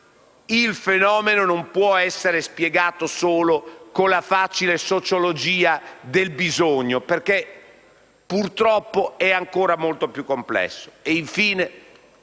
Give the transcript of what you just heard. il fenomeno non può essere spiegato solo con la facile sociologia del bisogno perché, purtroppo, è ancora molto più complesso.